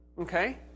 Okay